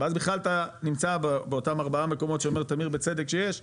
ואז בכלל אתה נמצא באותם ארבעה מקומות שאומר תמיר בצדק שיש בצפון,